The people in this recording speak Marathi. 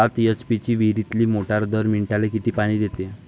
सात एच.पी ची विहिरीतली मोटार दर मिनटाले किती पानी देते?